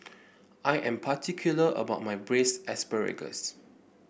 I am particular about my Braised Asparagus